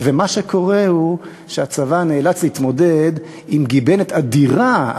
מה שקורה הוא שהצבא נאלץ להתמודד עם גיבנת אדירה,